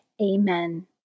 Amen